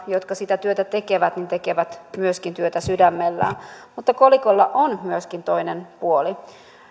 jotka sitä työtä tekevät tekevät myöskin työtä sydämellään mutta kolikolla on myöskin toinen puoli